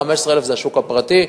15,000 זה השוק הפרטי.